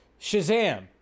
Shazam